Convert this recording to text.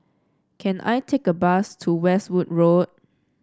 can I take a bus to Westwood Road